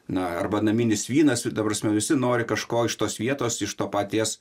na arba naminis vynas ta prasme visi nori kažko iš tos vietos iš to paties